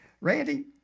Randy